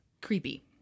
creepy